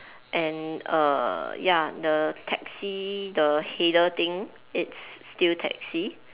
and err ya the taxi the header thing it's still taxi